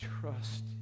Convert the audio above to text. trust